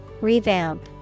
Revamp